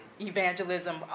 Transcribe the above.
evangelism